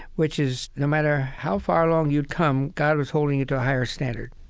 which is, no matter how far along you'd come, god was holding you to a higher standard